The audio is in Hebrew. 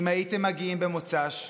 אם הייתם מגיעים במוצ"ש,